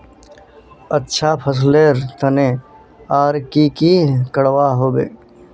अच्छा फसलेर तने आर की की करवा होबे?